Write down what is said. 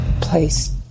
place